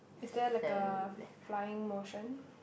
is there like a flying motion